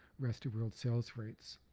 rest of world sales rights.